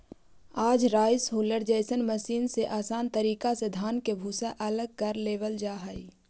आज rice huller जइसन machine से आसान तरीका से धान के भूसा अलग कर लेवल जा हई